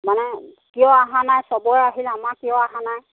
মানে কিয় অহা নাই সবৰে আহিল আমাৰ কিয় অহা নাই